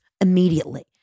immediately